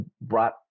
brought